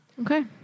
okay